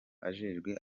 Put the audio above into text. ajejwe